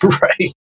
Right